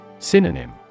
Synonym